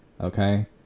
Okay